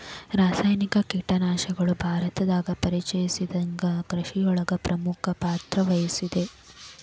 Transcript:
ರಾಸಾಯನಿಕ ಕೇಟನಾಶಕಗಳು ಭಾರತದಾಗ ಪರಿಚಯಸಿದಾಗನಿಂದ್ ಕೃಷಿಯೊಳಗ್ ಪ್ರಮುಖ ಪಾತ್ರವಹಿಸಿದೆ